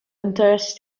interess